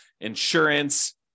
insurance